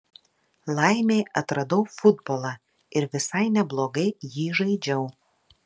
laimei atradau futbolą ir visai neblogai jį žaidžiau